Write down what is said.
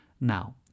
Now